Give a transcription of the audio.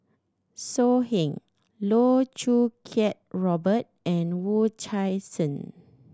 So Heng Loh Choo Kiat Robert and Wu Tsai Sen